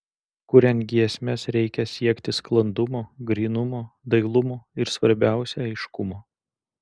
kuriant giesmes reikia siekti sklandumo grynumo dailumo ir svarbiausia aiškumo